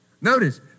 Notice